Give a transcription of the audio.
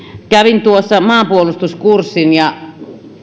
kävin maanpuolustuskurssin ja